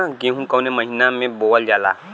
गेहूँ कवने महीना में बोवल जाला?